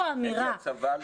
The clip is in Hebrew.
אין זה תפקידו לחנך את כולם.